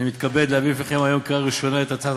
אני מתכבד להביא בפניכם היום לקריאה ראשונה את הצעת